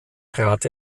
trat